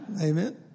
Amen